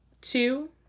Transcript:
two